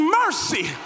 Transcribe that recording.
mercy